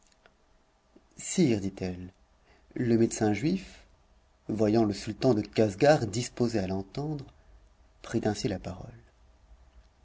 sire dit-elle le médecin juif voyant le sultan de casgar disposé à l'entendre prit ainsi la parole